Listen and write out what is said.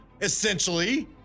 essentially